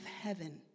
heaven